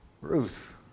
Ruth